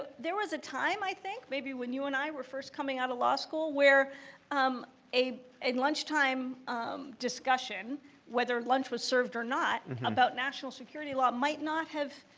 there was a time, i think, maybe when you and i were first coming out of law school where um a a lunchtime discussion whether lunch was served or not about national security law might not have